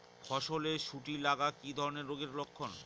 ফসলে শুটি লাগা কি ধরনের রোগের লক্ষণ?